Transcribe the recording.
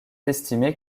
estimé